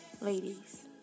ladies